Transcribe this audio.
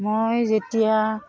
মই যেতিয়া